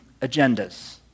agendas